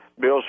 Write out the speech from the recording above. Bill